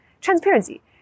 Transparency